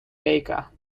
baker